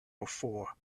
before